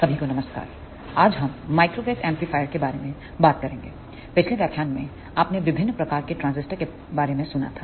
सभी को नमस्कारआज हम माइक्रोवेव एंपलीफायरस के बारे में बात करेंगे पिछले व्याख्यान में आपने विभिन्न प्रकार के ट्रांजिस्टर के बारे में सुना था